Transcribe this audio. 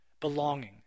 belonging